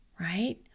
Right